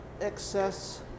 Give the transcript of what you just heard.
excess